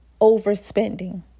overspending